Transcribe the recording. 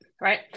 right